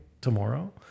tomorrow